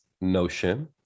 notion